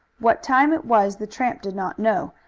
what time it was the tramp did not know,